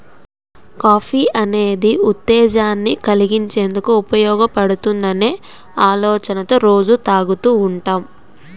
coffee అనేది ఉత్తేజాన్ని కల్గించేందుకు ఉపయోగపడుతుందనే ఆలోచనతో రోజూ తాగుతూ ఉంటాం